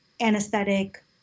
anesthetic